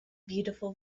beautiful